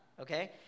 okay